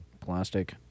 plastic